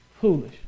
foolish